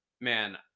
man